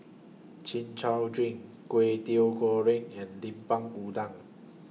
Chin Chow Drink Kway Teow Goreng and Lemper Udang